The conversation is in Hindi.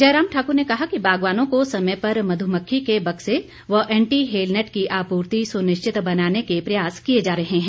जयराम ठाकुर ने कहा कि बागवानों को समय पर मधुमक्खी के बक्से व एंटी हेलनेट की आपूर्ति सुनिश्चित बनाने के प्रयास किए जा रहे हैं